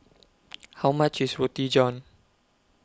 How much IS Roti John